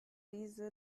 diese